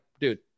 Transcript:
dude